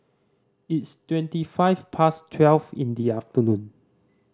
its twenty five past twelve in the afternoon